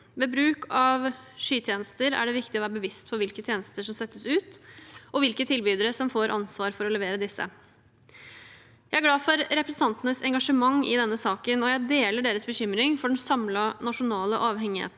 Ved bruk av skytjenester er det viktig å være bevisst på hvilke tjenester som settes ut, og hvilke tilbydere som får ansvar for å levere disse. Jeg er glad for representantenes engasjement i denne saken. Jeg deler deres bekymring for den samlede nasjonale avhengigheten